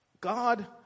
God